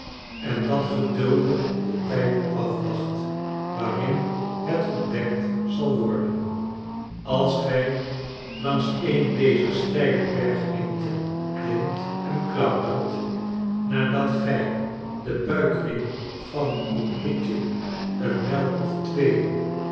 en dat geduldig den tiid afwacht waarin het ontdekt zal worden als gij langs een dezer steile bergengten klimt en klautert nadat gij den buikriem van uw hitje een mijl of twee